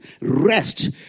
rest